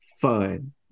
fun